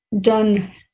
done